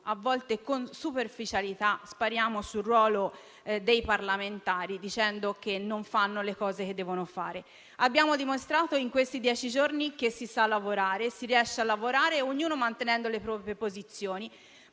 a volte, con superficialità, spariamo sul ruolo dei parlamentari, dicendo che non fanno ciò che devono fare. Abbiamo dimostrato, negli ultimi dieci giorni, che si riesce a lavorare, ognuno mantenendo le proprie posizioni,